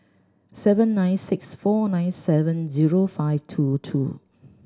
seven nine six four nine seven zero five two two